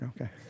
Okay